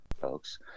folks